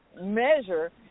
measure